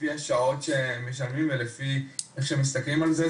יש שעות שמשלמים לפי איך שמסתכלים על זה,